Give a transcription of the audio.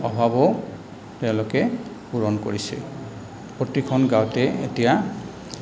অভাৱো তেওঁলোকে পূৰণ কৰিছে প্ৰতিখন গাঁৱতে এতিয়া